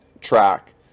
track